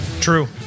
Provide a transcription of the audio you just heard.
True